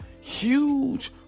huge